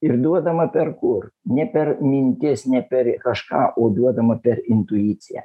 ir duodama per kur nė per mintis ne per kažką o duodama per intuiciją